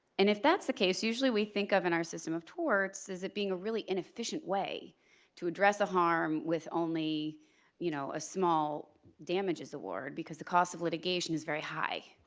and if that's the case usually we think of, in our system of torts, is it being a really inefficient way to address a harm with only you know a small damages award because the cost of litigation is very high.